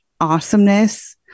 awesomeness